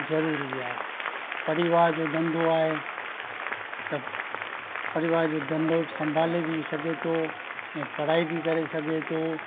ज़रूरी आहे परिवार जो धंधो आहे त परिवार जो धंधो संभाले बि सघे थो ऐं पढ़ाई बि करे सघे थो